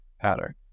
pattern